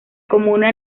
comuna